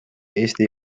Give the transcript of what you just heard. eesti